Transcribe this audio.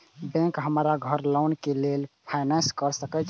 Bank हमरा घर loan के लेल फाईनांस कर सके छे?